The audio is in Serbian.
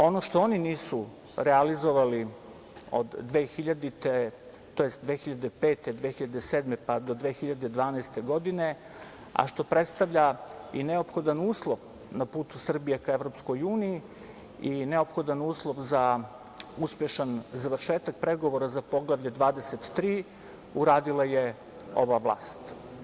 Ono što oni nisu realizovali od 2000, tj. 2005, 2007, pa do 2012. godine, a što predstavlja i neophodan uslov na putu Srbije ka EU i neophodan uslov za uspešan završetak pregovora za Poglavlje 23, uradila je ova vlast.